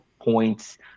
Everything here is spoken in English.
points